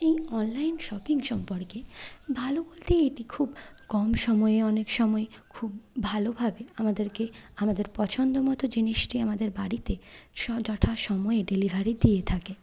এই online shopping সম্পর্কে ভালো বলতে এটি খুব কম সময়ে অনেক সময়ই খুব ভালোভাবে আমাদেরকে আমাদের পছন্দমতো জিনিসটি আমাদের বাড়িতে যথা সময়ে ডেলিভারি দিয়ে থাকে